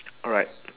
alright